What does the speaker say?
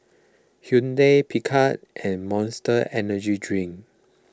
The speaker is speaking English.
Hyundai Picard and Monster Energy Drink